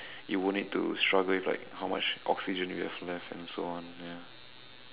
you won't need to struggle with like how much oxygen you have left and so on ya